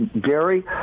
Gary